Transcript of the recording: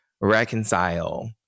reconcile